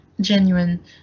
genuine